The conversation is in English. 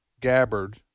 Gabbard